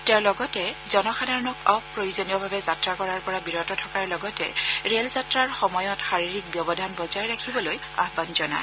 তেওঁ লগতে জনসাধাৰণক অপ্ৰয়োজনীয়ভাৱে যাত্ৰা কৰাৰ পৰা বিৰত থকাৰ লগতে ৰেল যাত্ৰাৰ সময়ত শাৰিৰীক ব্যৱধান বজাই ৰাখিবলৈ আহান জনায়